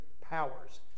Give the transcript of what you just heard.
powers